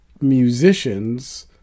musicians